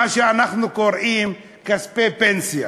במה שאנחנו קוראים "כספי פנסיה"?